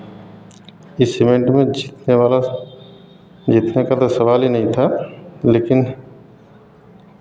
इस इवेंट में जीतने वाला जीतने का तो सवाल ही नहीं था लेकिन